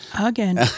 Again